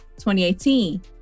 2018